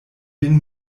vin